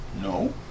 No